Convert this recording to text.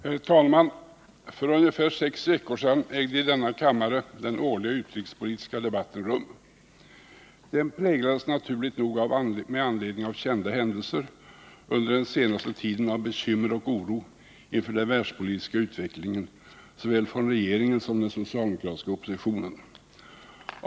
Herr talman! För ungefär sex veckor sedan ägde i denna kammare den årliga utrikespolitiska debatten rum. Den präglades naturligt nog, med anledning av kända händelser under den senaste tiden, av bekymmer och oro inför den världspolitiska utvecklingen, och det gällde såväl från regeringen som från den socialdemokratiska oppositionen.